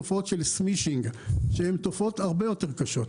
בתופעות של סמישינג שהן יותר קשות.